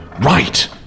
Right